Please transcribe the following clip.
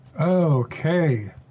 Okay